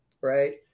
right